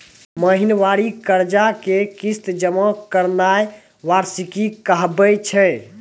महिनबारी कर्जा के किस्त जमा करनाय वार्षिकी कहाबै छै